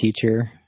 teacher